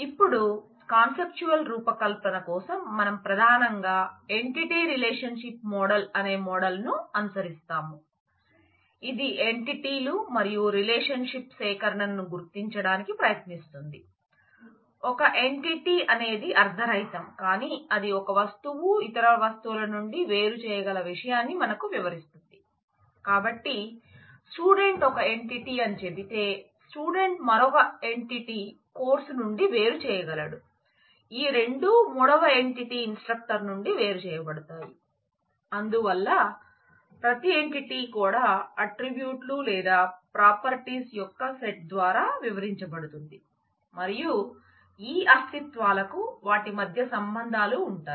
ఇప్పుడు కాన్సెప్ట్యువల్ రూపకల్పన నుండి వేరు చేయబడతాయి